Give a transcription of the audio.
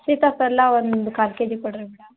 ಸೀತಾಫಲ ಒಂದು ಕಾಲು ಕೆಜಿ ಕೊಡಿರಿ ಮೇಡಮ್